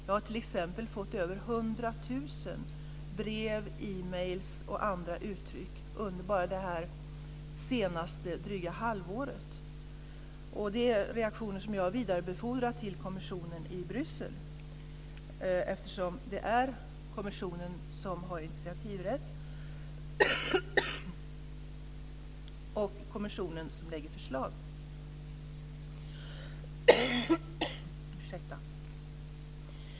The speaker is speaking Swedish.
Jag har t.ex. fått över 100 000 brev, e-mails och andra uttryck bara under det senaste dryga halvåret. Det är reaktioner som jag har vidarebefordrat till kommissionen i Bryssel, eftersom det är kommissionen som har initiativrätt och det är kommissionen som lägger fram förslag.